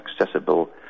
Accessible